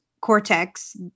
Cortex